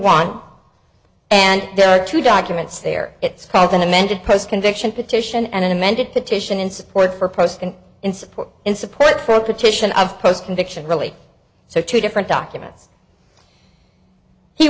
one and there are two documents there it's called an amended post conviction petition and an amended petition in support for post and in support in support for a petition of post conviction really so two different documents he